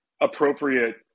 appropriate